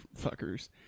fuckers